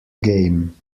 game